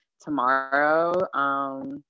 tomorrow